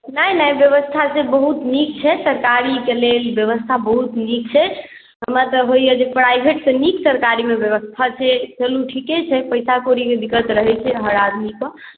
नहि नहि व्यवस्था छै बहुत नीक छै सरकारीके लेल व्यवस्था बहुत नीक छै हमरा तऽ होइए जे प्राइभेटसँ नीक सरकारीमे व्यवस्था छै चलू ठीके छै पैसा कौड़ीके दिक्कत रहै छै हर आदमीकेँ